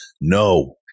No